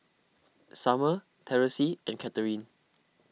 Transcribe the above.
Summer Terese and Catharine